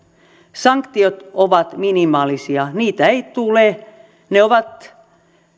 sanktiot ovat minimaalisia niitä ei tule ne ovat